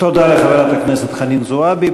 תודה לחברת הכנסת חנין זועבי.